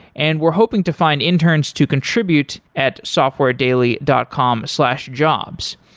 and we're hoping to find interns to contribute at softwaredaily dot com slash jobs.